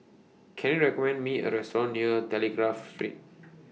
Can YOU recommend Me A Restaurant near Telegraph Street